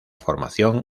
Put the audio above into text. formación